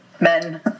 Men